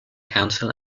council